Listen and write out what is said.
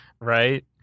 right